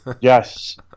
Yes